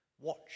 Watch